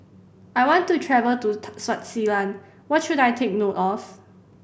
I want to travel to Swaziland what should I take note of